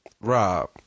Rob